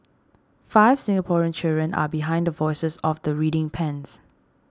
five Singaporean children are behind the voices of the reading pens